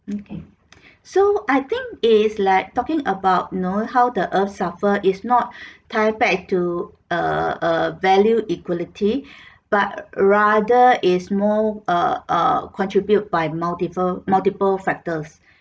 okay so I think is like talking about you know how the earth suffer is not tie back to err err value equality but rather is more err err contribute by multiple multiple factors